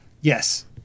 Yes